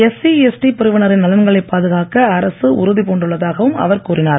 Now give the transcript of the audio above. SC ST பிரிவினரின் நலன்களை பாதுகாக்க அரசு உறுதி பூண்டுள்ளதாகவும் அவர் கூறினார்